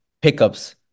pickups